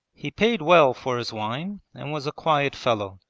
he paid well for his wine and was a quiet fellow.